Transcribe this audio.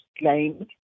claimed